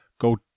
go